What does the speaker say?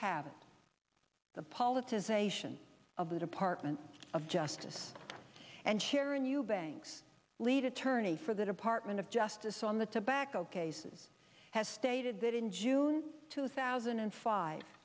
asian of the department of justice and sharon eubanks lead attorney for the department of justice on the tobacco cases has stated that in june two thousand and five